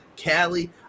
Cali